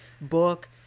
book